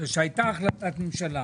מפני שהייתה החלטת ממשלה